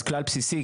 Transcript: אז כלל בסיסי,